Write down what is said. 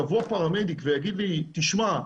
יבוא פרמדיק ויגיד לי: תשמע,